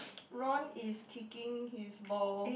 Ron is kicking his ball